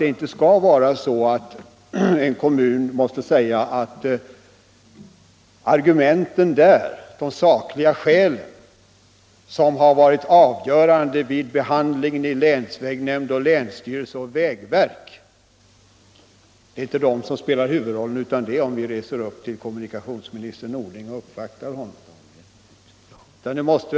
Det skall inte vara så att man inom en kommun måste säga sig att det viktiga inte är de sakliga skäl som varit avgörande vid behandlingen i länsvägnämnd, länsstyrelse och vägverk, utan det viktiga är om man reser upp till Stockholm och uppvaktar kommunikationsministern.